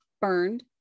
burned